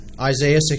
Isaiah